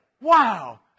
wow